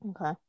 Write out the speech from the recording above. Okay